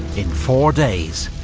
in four days,